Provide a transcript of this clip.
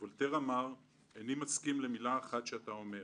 וולטר אמר: "איני מסכים למלה אחת שאתה אומר,